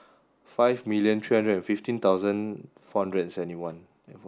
five million three hundred and fifteen thousand four hundred and seventy one